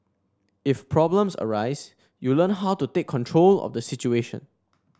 if problems arise you learn how to take control of the situation